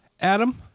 Adam